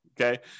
Okay